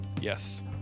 yes